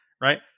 right